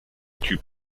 typ